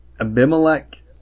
Abimelech